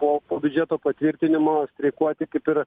po po biudžeto patvirtinimo streikuoti kaip ir